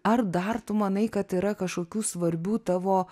ar dar tu manai kad yra kažkokių svarbių tavo